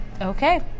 Okay